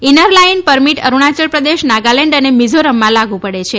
inner line permit Arunachal Pradesh Nagaland અને મિઝોરમમાં લાગુ પડે છે